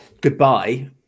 goodbye